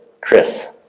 Chris